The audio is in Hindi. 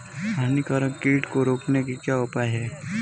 हानिकारक कीट को रोकने के क्या उपाय हैं?